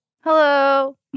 Hello